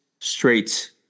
straight